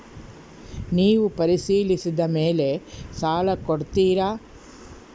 ನೇವು ಪರಿಶೇಲಿಸಿದ ಮೇಲೆ ಸಾಲ ಕೊಡ್ತೇರಾ?